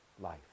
life